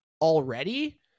already